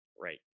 Right